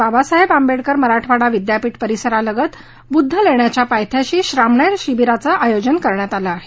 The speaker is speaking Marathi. बाबासाहेब आंबेडकर मराठवाडा विद्यापीठ परिसरालगत बुद्धलणीच्या पायथ्याशी श्रामणेर शिबीराचं आयोजन करण्यात आलं आहे